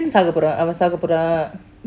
சாகபோரான் அவன் சாகபோரான்:chaakapooran avan chaakaporan